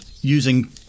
using